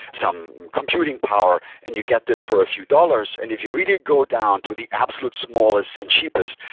some computing power and you get this for a few dollars, and if you really go down to the absolute smallest and cheapest,